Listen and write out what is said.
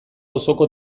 auzoko